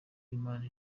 imana